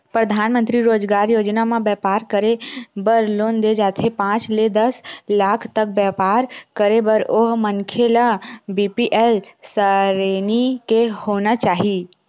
परधानमंतरी रोजगार योजना म बेपार करे बर लोन दे जाथे पांच ले दस लाख तक बेपार करे बर ओ मनखे ल बीपीएल सरेनी के होना चाही